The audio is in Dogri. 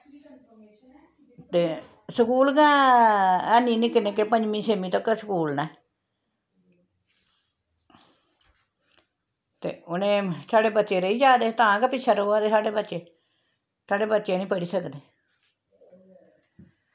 ते स्कूल गै है नी निक्के निक्के पंजमी छेमीं तक स्कूल न ते उ'नें साढ़े बच्चे रेही जा दे तां गै पिच्छें रवा दे साढ़े बच्चे साढ़े बच्चे नी पढ़ी सकदे